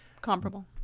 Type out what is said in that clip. Comparable